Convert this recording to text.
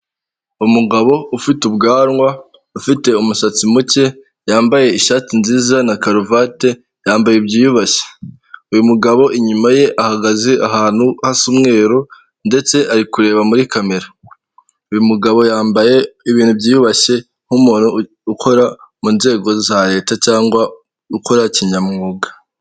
Umugabo ufite ubwanwa ufite umusatsi muke yambaye ishati nziza na karuvati yambaye byiyubashye, uyu mugabo inyuma ye ahagaze ahantu hasa umweru ndetse ari kureba muri kamera, uyu mugabo yambaye ibintu byiyubashye nk'umuntu ukora mu nzego za leta cyangwa ukora kinyamwuga.